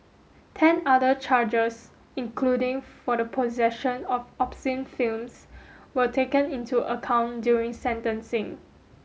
ten other charges including for the possession of obscene films were taken into account during sentencing